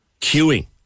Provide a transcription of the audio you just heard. queuing